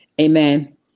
Amen